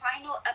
final